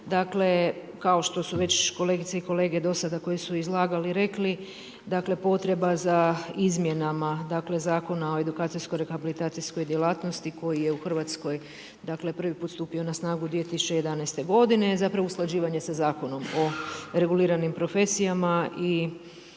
Dakle, kao što su već kolegice i kolege dosada koji su iz lagali rekli, dakle potreba za izmjenama dakle Zakona o edukacijsko-rehabilitacijskoj djelatnosti koji je u Hrvatskoj prvi put stupio na snagu 2011. godine, zapravo usklađivanje sa Zakonom o reguliranim profesijama i